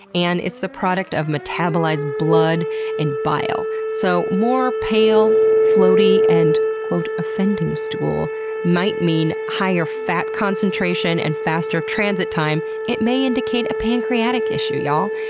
and it's the product of metabolized blood and bile. so more pale, floaty, and, offending stool might mean higher fat concentration and faster transit time. it may indicate a pancreatic issue, y'all.